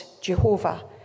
Jehovah